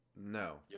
No